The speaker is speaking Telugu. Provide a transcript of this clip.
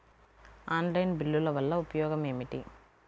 ఆన్లైన్ బిల్లుల వల్ల ఉపయోగమేమిటీ?